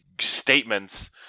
statements